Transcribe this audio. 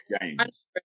games